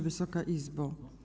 Wysoka Izbo!